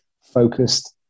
focused